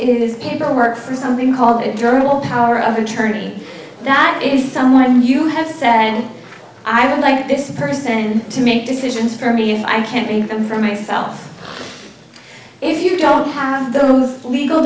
this paperwork for something called a journal power of attorney that is someone you have said i would like this person to make decisions for me if i can't even for myself if you don't have those legal